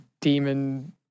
demon